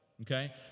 Okay